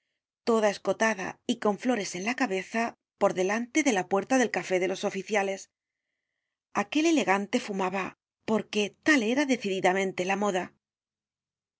toda descotada y con flores en la cabeza por delante de la puerta del café de los oficiales aquel elegante fumaba porque tal era decididamente la moda